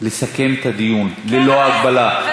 לסכם את הדיון, ללא הגבלה.